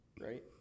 right